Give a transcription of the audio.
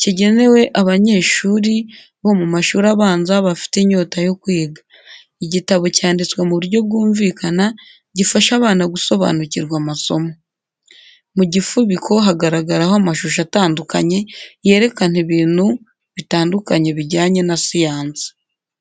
kigenewe abanyeshuri bo mu mashuri abanza, bafite inyota yo kwiga. Igitabo cyanditswe mu buryo bwumvikana, gifasha abana gusobanukirwa amasomo. Ku gifubiko hagaragaraho amashusho atandukanye, yerekana ibintu bitandukanye bijyanye na siyansi.